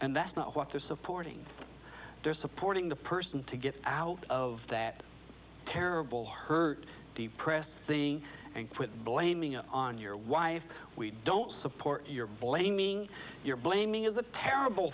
and that's not what they're supporting they're supporting the person to get out of that terrible hurt press thing and quit blaming it on your wife we don't support your blaming you're blaming is a terrible